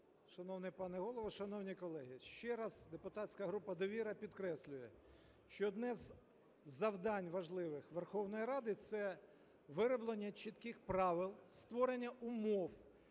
Шановний пане Голово, шановні колеги, ще раз депутатська група "Довіра" підкреслює, що одне із завдань важливих Верховної Ради – це вироблення чітких правил, створення умов